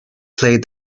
played